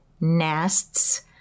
Nests